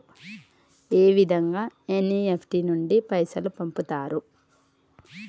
ఏ విధంగా ఎన్.ఇ.ఎఫ్.టి నుండి పైసలు పంపుతరు?